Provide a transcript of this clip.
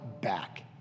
back